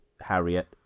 Harriet